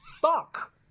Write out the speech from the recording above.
fuck